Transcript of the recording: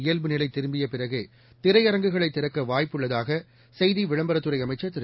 இயல்பு நிலை திரும்பிய பிறகே திரையரங்குகளை திறக்க வாய்ப்புள்ளதாக செய்தி விளம்பரத்துறை அமைச்சர் திரு